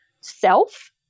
self